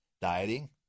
dieting